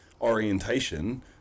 orientation